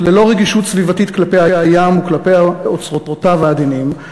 ללא רגישות סביבתית כלפי הים וכלפי אוצרותיו העדינים,